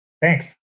Thanks